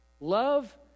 Love